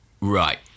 Right